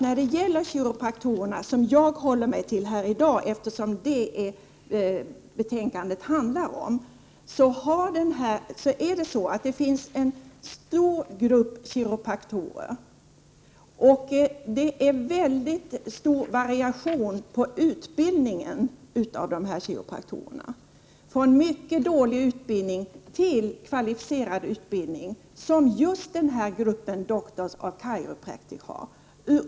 När det gäller kiropraktorerna — som jag håller mig till i dag, eftersom det är detta som betänkandet handlar om — är att märka att det finns en stor grupp kiropraktorer, och utbildningen är mycket olika. Det finns allt från mycket dålig utbildning till kvalificerad utbildning, som just gruppen Dr's of Chiropractic har.